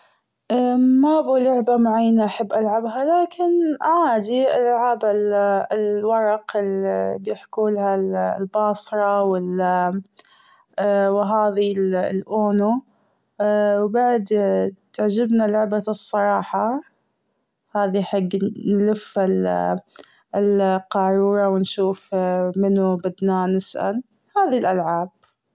ما بو لعبة معينة أحب العبها لكن عادي الالعاب الورق اللي يحكوا لها البصرة ال- و هذي ال uno و بعد تعجبني لعبة الصراحة هذي حق ال نلف ال- القارورة و نشوف منو بدنا نسأل. هذي الألعاب.